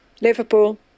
Liverpool